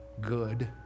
good